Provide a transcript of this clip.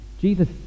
Jesus